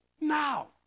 now